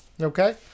Okay